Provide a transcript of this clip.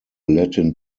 latin